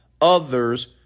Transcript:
others